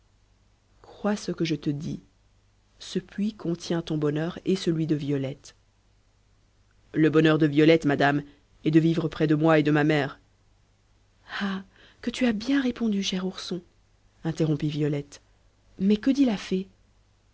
crois ce que je te dis ce puits contient ton bonheur et celui de violette le bonheur de violette madame est de vivre près de moi et de ma mère ah que tu as bien répondu cher ourson interrompit violette mais que dit la fée